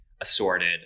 assorted